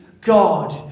God